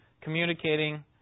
communicating